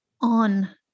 on